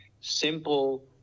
simple